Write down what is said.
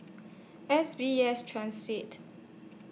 S B S Transit